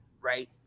right